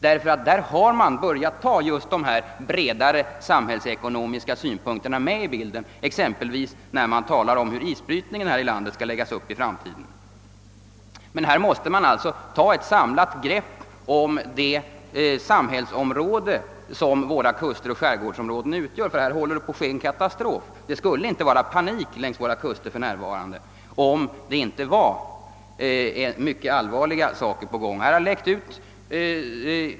Där har man börjat anlägga bredare samhällsekonomiska synpunkter, exempelvis när man talar om hur isbrytningen här i landet skall läggas upp i framtiden. Det behövs alltså ett samlat grepp på det samhällsområde som våra kuster och skärgårdsområden utgör om inte en katastrof skall inträffa. Det skulle inte vara någon panik längs kusterna för närvarande om inte allvarliga saker höll på att hända.